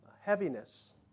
heaviness